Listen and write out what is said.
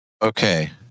Okay